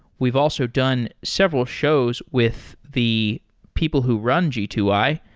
we've also done several shows with the people who run g two i,